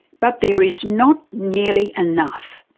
but there is not nearly enough.